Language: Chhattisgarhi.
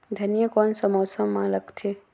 धनिया कोन सा मौसम मां लगथे?